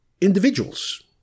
individuals